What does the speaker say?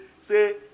Say